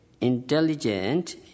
intelligent